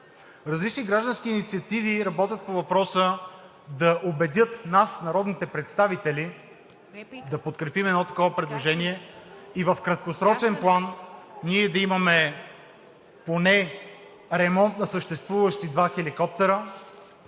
Различни граждански инициативи работят по въпроса да убедят нас, народните представители, да подкрепим едно такова предложение и в краткосрочен план ние да имаме поне ремонт на съществуващи два хеликоптера,